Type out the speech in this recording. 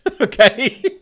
Okay